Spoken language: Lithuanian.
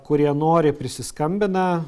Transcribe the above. kurie nori prisiskambina